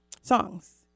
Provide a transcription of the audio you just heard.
songs